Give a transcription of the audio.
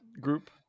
group